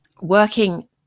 working